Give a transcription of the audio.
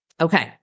Okay